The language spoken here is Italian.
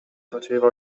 faceva